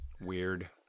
Weird